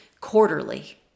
Quarterly